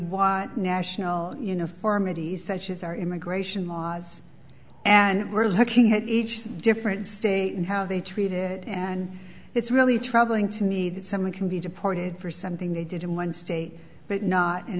want national uniformity such as our immigration laws and we're looking at each different state and how they treat it and it's really troubling to me that someone can be deported for something they did in one state but not in